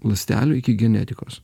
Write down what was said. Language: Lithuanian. ląstelių iki genetikos